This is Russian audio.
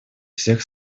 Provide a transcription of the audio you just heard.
всех